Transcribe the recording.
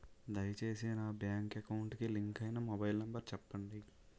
దయచేసి నా bank account కి లింక్ అయినా మొబైల్ నంబర్ చెప్పండి